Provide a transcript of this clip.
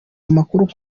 amakuru